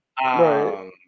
Right